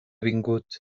vingut